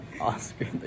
Oscar